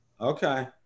Okay